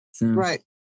Right